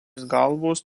galvos